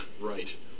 right